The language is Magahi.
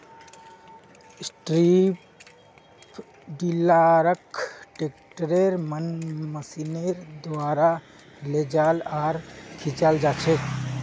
स्ट्रिप टीलारक ट्रैक्टरेर मन मशीनेर द्वारा लेजाल आर खींचाल जाछेक